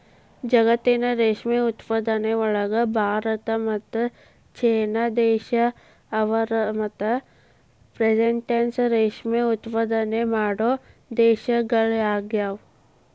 ಜಗತ್ತಿನ ರೇಷ್ಮೆ ಉತ್ಪಾದನೆಯೊಳಗ ಭಾರತ ಮತ್ತ್ ಚೇನಾ ದೇಶ ಅರವತ್ ಪೆರ್ಸೆಂಟ್ನಷ್ಟ ರೇಷ್ಮೆ ಉತ್ಪಾದನೆ ಮಾಡೋ ದೇಶಗಳಗ್ಯಾವ